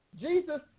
Jesus